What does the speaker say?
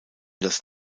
das